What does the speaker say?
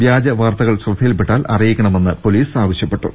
വ്യാജവാർത്തകൾ ശ്രദ്ധയിൽപ്പെട്ടാൽ അറിയിക്കണമെന്ന് പോലീസ് ആവശ്യപ്പെട്ടു